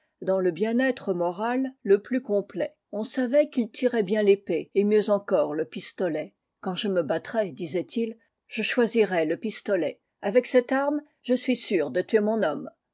dans le bien-être moral le plus complet on savait qu'il tirait bien l'ëpée et mieux encore le pistolet quand je me battrai disait-il je choisirai le pistolet avec cette arme je suis sûr de tuer mon homme